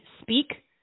speak